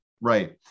Right